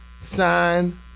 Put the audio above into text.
sign